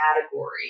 category